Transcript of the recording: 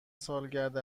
سالگرد